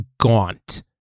gaunt